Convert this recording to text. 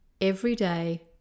Everyday